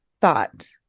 thought